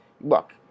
look